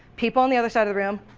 people on the other side of the room,